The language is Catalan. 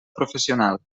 professional